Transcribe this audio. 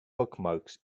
bookmarks